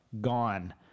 gone